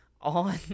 on